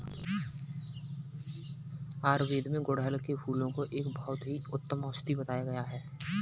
आयुर्वेद में गुड़हल के फूल को एक बहुत ही उत्तम औषधि बताया गया है